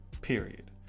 period